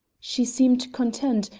she seemed content,